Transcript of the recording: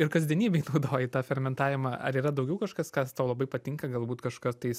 ir kasdienybėj naudoji tą fermentavimą ar yra daugiau kažkas kas tau labai patinka galbūt kažką tais